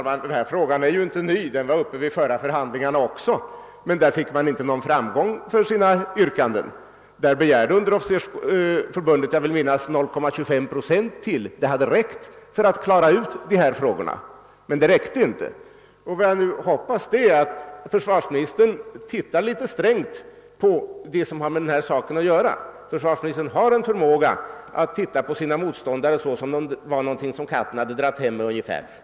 Herr talman! Denna fråga är ju inte ny — den var uppe vid de förra förhandlingarna också, men man fick inte någon framgång för sina yrkanden. Underofficersförbundet begärde då, vill jag minnas, ytterligare 0,25 procent, som hade räckt för att klara saken. Men man fick inte vad man begärde. Jag hoppas nu att försvarsministern tittar litet strängt på dem som har med denna fråga att göra — försvarsministern har en förmåga att se på sina motståndare ungefär som om de var någonting som katten hade dragit hem.